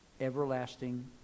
everlasting